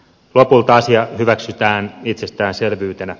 lopulta asia hyväksytään itsestäänselvyytenä